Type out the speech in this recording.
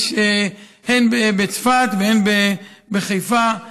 הן בצפת והן בחיפה,